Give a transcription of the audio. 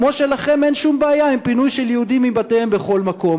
כמו שלכם אין שום בעיה עם פינוי של יהודים מבתיהם בכל מקום,